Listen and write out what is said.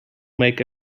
make